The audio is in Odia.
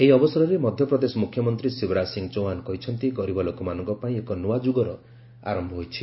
ଏହି ଅବସରରେ ମଧ୍ୟପ୍ରଦେଶ ମୁଖ୍ୟମନ୍ତ୍ରୀ ଶିବରାଜ ସିଂ ଚୌହାନ କହିଛନ୍ତି ଗରିବ ଲୋକମାନଙ୍କ ପାଇଁ ଏକ ନୂଆ ଯୁଗର ଆରମ୍ଭ ହୋଇଛି